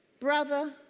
brother